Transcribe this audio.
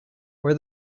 wear